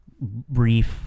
brief